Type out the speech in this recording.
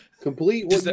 Complete